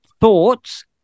thoughts